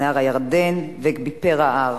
נהר הירדן ואקוויפר ההר.